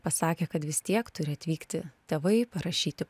pasakė kad vis tiek turi atvykti tėvai parašyti